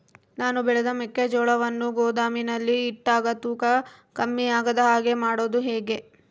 ನಾನು ಬೆಳೆದ ಮೆಕ್ಕಿಜೋಳವನ್ನು ಗೋದಾಮಿನಲ್ಲಿ ಇಟ್ಟಾಗ ತೂಕ ಕಮ್ಮಿ ಆಗದ ಹಾಗೆ ಮಾಡೋದು ಹೇಗೆ?